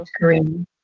green